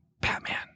Batman